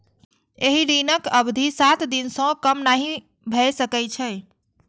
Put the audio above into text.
एहि ऋणक अवधि सात दिन सं कम नहि भए सकै छै